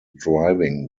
driving